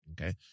Okay